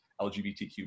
LGBTQ